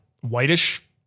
whitish